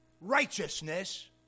righteousness